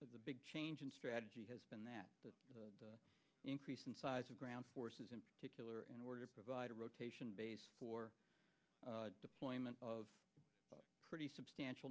the big change in strategy has been that the increase in size of ground forces in particular in order to provide a rotation base for deployment of a pretty substantial